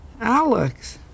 Alex